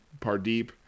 Pardeep